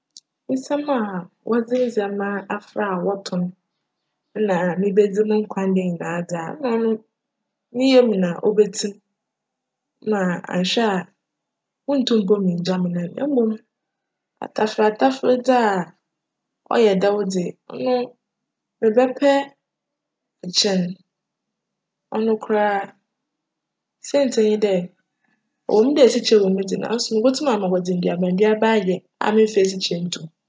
Esiam a wcdze ndzjmba afora a wcto nna mebedzi me nkwa nda nyinaa a, nna cno me yamu na cbetsim ma annhwj a, munntum nngya me nan na mbom atafer atafer dze a cyj djw dze, cno mebjpj kyjn cno koraa siantsir nye dj cwc mu dj esikyire wc mu dze naaso mobotum ama wcdze nduaba nduaba ayj a memmfa esikyire nnto mu.